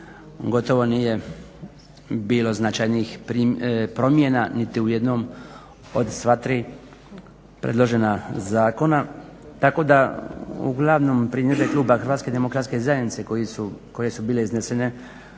gotovo nije bilo značajnijih promjena niti u jednom od sva tri predložena zakona. Tako da uglavnom primjedbe kluba HDZ-a koje su bile iznesene